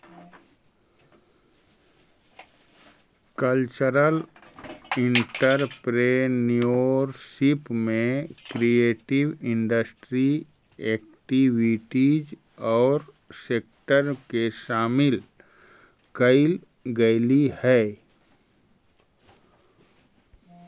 cultural entrepreneurship में creative industry activities औउर sector के शामिल कईल गेलई हई